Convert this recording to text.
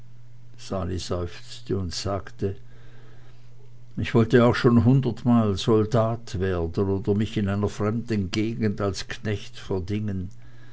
sali seufzte und sagte ich wollte auch schon hundertmal soldat werden oder mich in einer fremden gegend als knecht verdingen